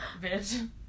bitch